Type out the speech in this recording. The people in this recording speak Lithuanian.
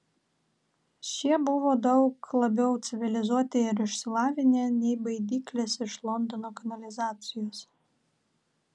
šie buvo daug labiau civilizuoti ir išsilavinę nei baidyklės iš londono kanalizacijos